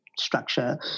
structure